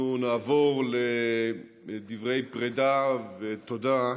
נעבור לדברי פרידה, ותודה,